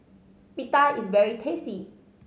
pita is very tasty